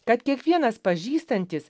kad kiekvienas pažįstantis